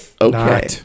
okay